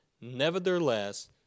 Nevertheless